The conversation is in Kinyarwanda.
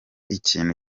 ikintu